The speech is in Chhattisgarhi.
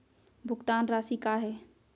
भुगतान राशि का हे?